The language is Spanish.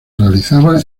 realizaba